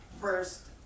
First